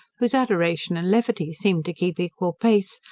whose adoration and levity seem to keep equal pace,